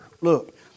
Look